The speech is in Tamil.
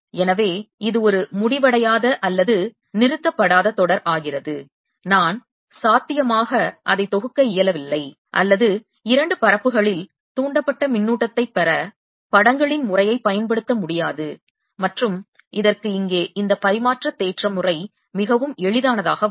எனவே இது ஒரு முடிவடையாத அல்லது நிறுத்தப்படாத தொடர் ஆகிறது நான் சாத்தியமாக அதை தொகுக்க இயலவில்லை அல்லது இரண்டு பரப்புகளில் தூண்டப்பட்ட மின்னூட்டத்தை பெற படங்களின் முறையை பயன்படுத்த முடியாது மற்றும் இதற்கு இங்கே இந்த பரிமாற்ற தேற்றம் முறை மிகவும் எளிதானதாக வரும்